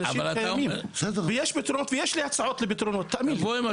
יש לי פתרונות ויש לי הצעות, תאמין לי.